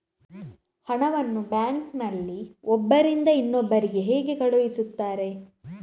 ಹಣವನ್ನು ಬ್ಯಾಂಕ್ ನಲ್ಲಿ ಒಬ್ಬರಿಂದ ಇನ್ನೊಬ್ಬರಿಗೆ ಹೇಗೆ ಕಳುಹಿಸುತ್ತಾರೆ?